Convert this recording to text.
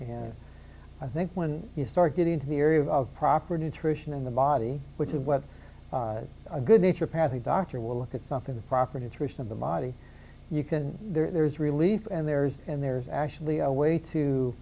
and i think when you start getting into the area of proper nutrition in the body which is what a good nature path a doctor will look at something the proper nutrition of the body you can there's relief and there's and there's actually a way to